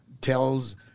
tells